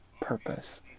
purpose